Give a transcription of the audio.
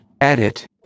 Edit